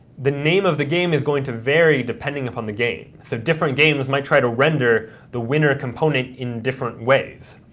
the name of the game is going to vary depending upon the game, so different games might try to render the winner component in different ways.